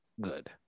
good